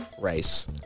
race